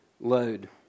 load